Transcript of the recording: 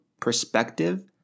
perspective